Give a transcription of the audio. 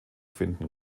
finden